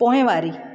पोइवारी